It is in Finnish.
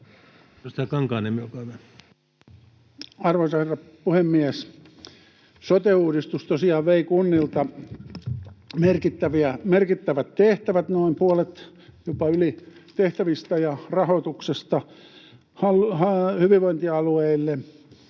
Arvoisa herra puhemies! Sote-uudistus tosiaan vei kunnilta merkittävät tehtävät — noin puolet, jopa yli, tehtävistä ja rahoituksesta — hyvinvointialueille.